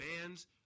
Bands